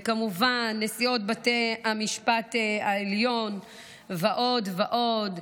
וכמובן נשיאות בית המשפט העליון ועוד ועוד,